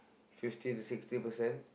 fifty to sixty percent